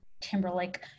Timberlake